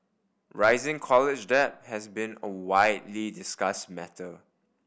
rising college debt has been a widely discussed matter